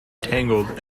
tangled